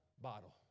bottle